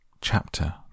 Chapter